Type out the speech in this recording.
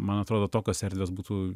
man atrodo tokios erdvės būtų